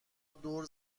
دور